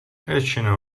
většinou